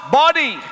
body